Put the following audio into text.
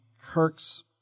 Kirk's